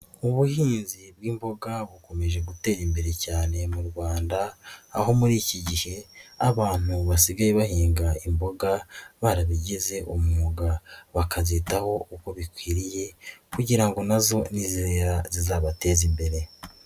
Ubuhinzi bw'imboga bukomeje gutera imbere cyane mu Rwanda aho muri iki gihe abantu basigaye bahinga imboga barabigize umwuga, bakabyitaho uko bikwiriye kugira ngo na zo nizera zizabateze imbere.